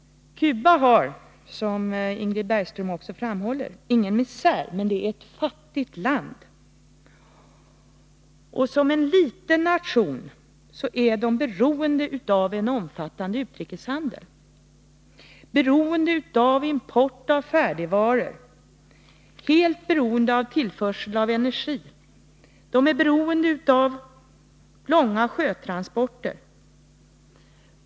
Cuba har, som Ingrid Bergström framhåller i sin artikel, ingen misär, men detär ett fattigt land. Som en liten nation är Cuba beroende av en omfattande utrikeshandel, beroende av import av färdigvaror, helt beroende av tillförsel av energi och beroende av långa sjötransporter.